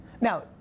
Now